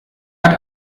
hat